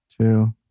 two